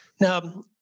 Now